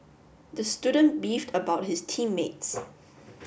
the student beefed about his team mates